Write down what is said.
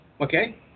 Okay